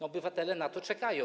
Obywatele na to czekają.